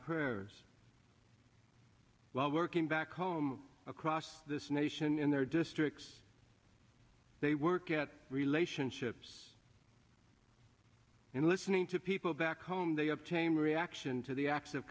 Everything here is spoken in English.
prayers while working back home across the nation in their districts they work at relationships and listening to people back home they obtain reaction to the acts of